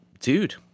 dude